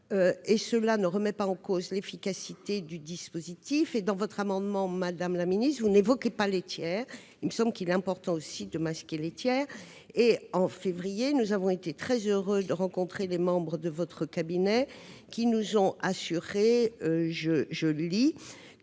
que cela ne remet pas en cause l'efficacité du dispositif. Dans votre amendement, madame la ministre, vous n'évoquez pas les tiers, qu'il est pourtant important de masquer, me semble-t-il. En février, nous avons été très heureux de rencontrer les membres de votre cabinet, qui nous ont assuré que «